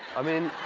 i mean,